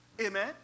Amen